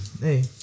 hey